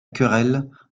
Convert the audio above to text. querelle